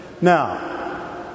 Now